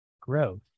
growth